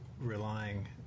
relying